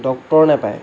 doctor নেপায়